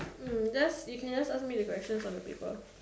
mm just you can just ask me the questions on the paper